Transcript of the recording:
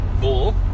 bull